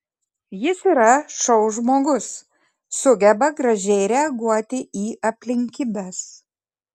jis yra šou žmogus sugeba gražiai reaguoti į aplinkybes